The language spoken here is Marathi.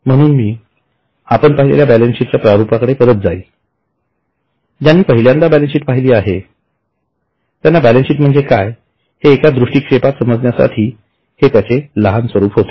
म्हणून मी पाहिलेल्या बॅलन्सशीटच्या प्रारूपांकडे परत जाईन ज्यांनी पहिल्यांदा बॅलन्स शीट पाहिली आहे त्यांना बॅलन्स शीट म्हणजे काय हे एका दृष्टीक्षेपात समजण्यासाठी हे त्याचे लहान स्वरूप होते